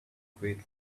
great